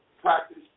practice